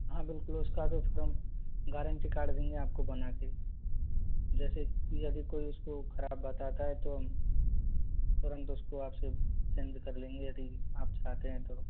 हाँ बिलकुल उसका तो फिर हम गारंटी कार्ड देंगे आपको बना के जैसे यदि कोई उसको खराब बताता है तो हम तुरंत उसको आपसे चेंज कर लेंगे यदि आप चाहते हैं तो